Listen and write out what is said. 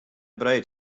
breed